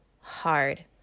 hard